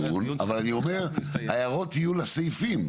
לא סיימנו את הדיון,